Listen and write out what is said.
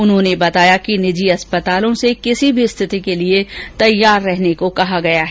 उन्होंने बताया कि निजी अस्पतालों से भी किसी भी स्थिति के लिए तैयार रहने के निर्देश दिए हैं